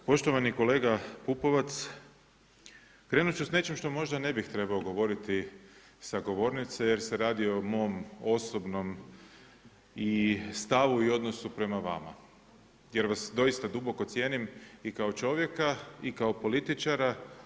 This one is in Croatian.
Poštovani kolega Pupova, krenut ću s nečim što možda ne bih trebao govoriti sa govornice jer se radi o mom osobnom i stavu i odnosu prema vama jer vas doista duboko cijenim i kao čovjeka i kao političara.